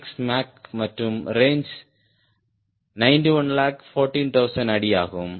6 Mach மற்றும் range 9114000 அடி ஆகும்